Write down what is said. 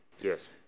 Yes